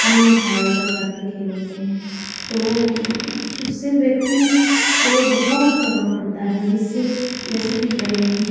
अन्य सारे प्रकार के खेल होते हैं तो वह उससे व्यक्ति को बहुत प्रभाव पड़ता है जिससे जैसे कि ब्रेन